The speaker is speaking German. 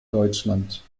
deutschland